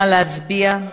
נא להצביע.